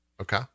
okay